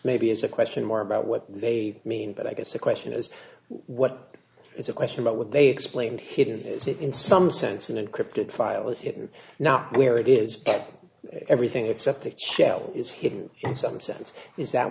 may be is a question more about what they mean but i guess the question is what is the question about what they explained hidden is it in some sense an encrypted file is hidden now where it is everything except its shell is hidden in some sense is that